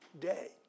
day